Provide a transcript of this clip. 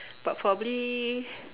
but probably